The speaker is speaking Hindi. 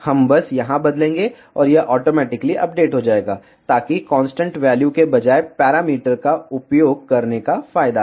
हम बस यहां बदलेंगे और यह ऑटोमेटिकली अपडेट हो जाएगा ताकि कांस्टेंट वैल्यू के बजाय पैरामीटर का उपयोग करने का फायदा है